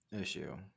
issue